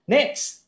Next